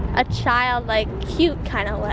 a childlike, cute kind of